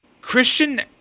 Christian –